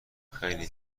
خیلی